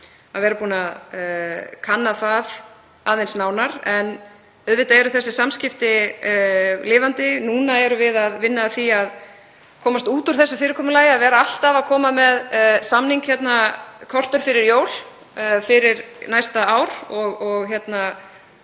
að vera búin að kanna það aðeins nánar þegar að því kemur. En auðvitað eru þessi samskipti lifandi. Núna erum við að vinna að því að komast út úr því fyrirkomulagi að vera alltaf að koma með samning hér korteri fyrir jól fyrir næsta ár. Við